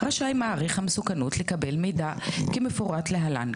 רשאי מעריך המסוכנות לקבל מידע כמפורט להלן,